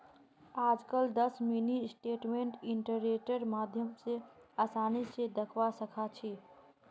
आजकल दस mini statement इन्टरनेटेर माध्यम स आसानी स दखवा सखा छी